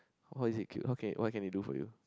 how is it cute how can it what can it do for you